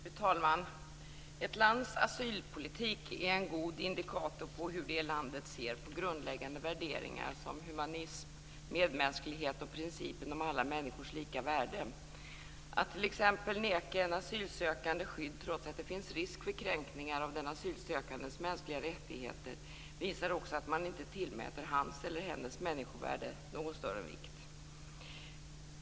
Fru talman! Ett lands asylpolitik är en god indikator på hur det landet ser på grundläggande värderingar som humanism, medmänsklighet och principen om alla människors lika värde. Att t.ex. neka en asylsökande skydd trots att det finns risk för kränkningar av den asylsökandens mänskliga rättigheter visar också att man inte tillmäter hans eller hennes människovärde någon större vikt.